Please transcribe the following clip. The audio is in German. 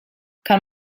kann